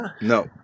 No